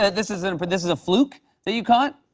this is and but this is a fluke that you caught?